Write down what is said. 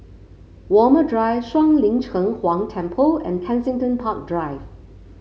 Walmer Drive Shuang Lin Cheng Huang Temple and Kensington Park Drive